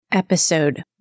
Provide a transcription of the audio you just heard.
episode